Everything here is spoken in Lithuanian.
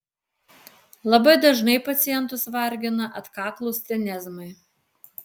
labai dažnai pacientus vargina atkaklūs tenezmai